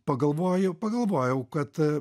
pagalvoju pagalvojau kad